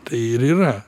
tai ir yra